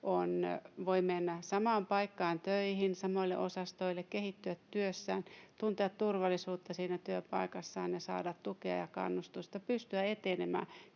työ, voi mennä samaan paikkaan töihin, samoille osastoille, kehittyä työssään, tuntea turvallisuutta siinä työpaikassaan ja saada tukea ja kannustusta, pystyä etenemään,